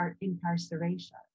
incarceration